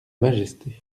majesté